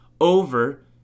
over